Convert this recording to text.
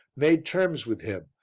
made terms with him,